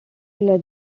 led